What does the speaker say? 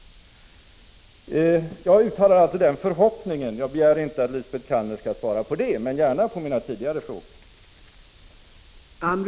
Jag uttalar alltså denna förhoppning. Jag begär inte att Lisbet Calner skall svara på den, men gärna på mina tidigare frågor.